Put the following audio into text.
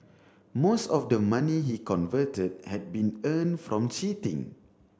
most of the money he converted had been earned from cheating